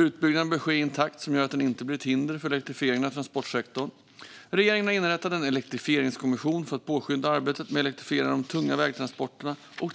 Utbyggnaden bör ske i en takt som gör att den inte blir ett hinder för elektrifieringen av transportsektorn. Regeringen har inrättat en elektrifieringskommission för att påskynda arbetet med elektrifiering av de tunga vägtransporterna och